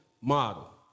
model